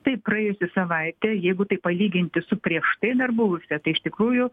taip praėjusi savaitė jeigu tai palyginti su prieš tai dar buvusia tai iš tikrųjų